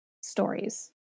stories